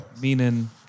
Meaning